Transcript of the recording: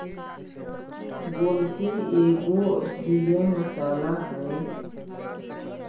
गोलकी एगो औषधीय मसाला हई